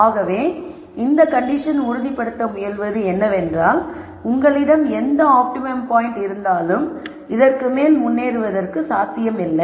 ஆகவே இந்த கண்டிஷன் உறுதிப்படுத்த முயல்வது என்னவென்றால் உங்களிடம் எந்த ஆப்டிமம் பாயிண்ட் இருந்தாலும் இதற்குமேல் முன்னேறுவதற்கு சாத்தியம் இல்லை